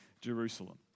Jerusalem